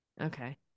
Okay